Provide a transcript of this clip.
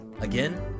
Again